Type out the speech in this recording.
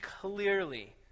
clearly